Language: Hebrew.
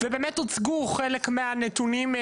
ובאמת הוצגו חלק מהנתונים.